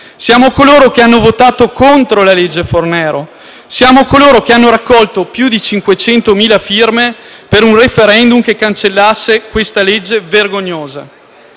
siamo coloro che hanno votato contro la legge Fornero; siamo coloro che hanno raccolto più di 500.000 firme per un *referendum* che cancellasse questa legge vergognosa.